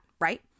right